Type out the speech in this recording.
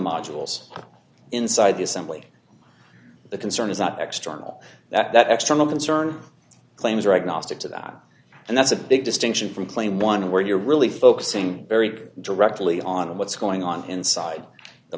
modules inside the assembly the concern is that extra all that extra money and cern claims are agnostic to that and that's a big distinction from claim one where you're really focusing very directly on what's going on inside the